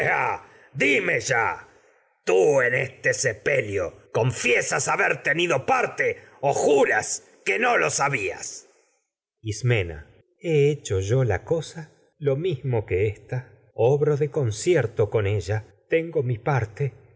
dime ya o tú en este que lio confiesas haber parte juras lo sabias ismena obro he hecho yo la cosa lo mi mismo parte y que ésta respondo de concierto con ella tengo de mi